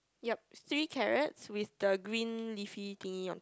yup three carrots with the green leafy thingy on top